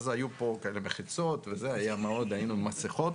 היו פה כל מיני מחיצות וכולי, היינו עם מסיכות,